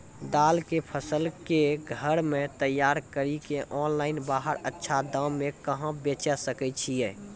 दाल के फसल के घर मे तैयार कड़ी के ऑनलाइन बाहर अच्छा दाम मे कहाँ बेचे सकय छियै?